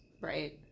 Right